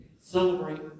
celebrate